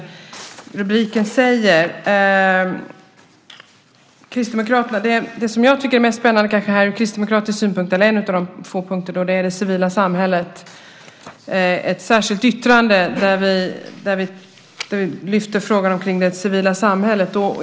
En av de två punkter som är mest spännande från kristdemokratisk synpunkt är frågan om det civila samhället. Vi har ett särskilt yttrande där vi lyfter upp frågan om det civila samhället.